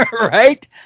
right